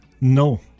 No